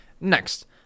Next